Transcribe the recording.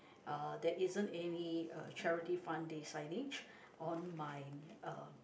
uh there isn't any uh charity fun day signage on my uh